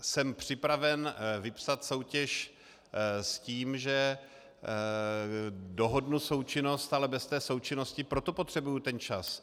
Jsem připraven vypsat soutěž s tím, že dohodnu součinnost, ale bez součinnosti pro to potřebuji ten čas.